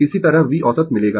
इसी तरह V औसत मिलेगा